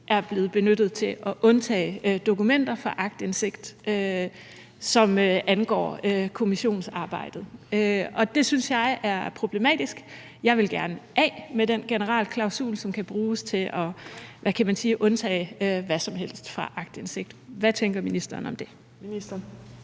er blevet benyttet til at undtage dokumenter for aktindsigt, som angår kommissionsarbejdet. Det synes jeg er problematisk. Jeg vil gerne af med den generalklausul, som kan bruges til, hvad kan man sige, at undtage hvad som helst for aktindsigt. Hvad tænker ministeren om det?